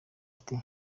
ati